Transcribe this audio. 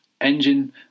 engine